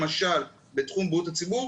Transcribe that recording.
למשל בתחום בריאות הציבור,